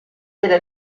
della